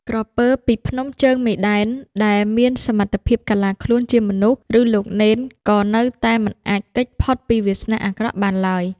ក្រពើពីភ្នំជើងមីដែន ដែលមានសមត្ថភាពកាឡាខ្លួនជាមនុស្ស ឬលោកនេន ក៏នៅតែមិនអាចគេចផុតពីវាសនាអាក្រក់បានឡើយ។